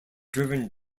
driven